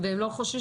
הם לא חוששים?